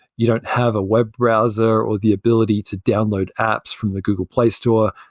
you don't have a web browser, or the ability to download apps from the google play store.